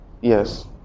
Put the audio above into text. yes